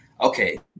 Okay